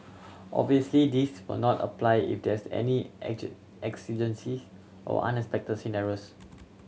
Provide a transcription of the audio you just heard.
obviously this will not apply if there is any action exigencies or unexpected scenarios